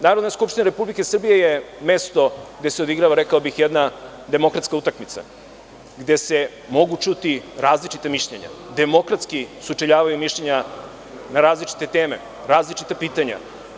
Narodna skupština Republike Srbije je mesto gde se odigrava jedna rekao bih demokratska utakmica, gde se mogu čuti različita mišljenja, demokratsko sučeljavanje mišljenja na različite teme, različita pitanja.